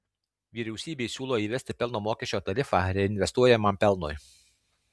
vyriausybei siūlo įvesti pelno mokesčio tarifą reinvestuojamam pelnui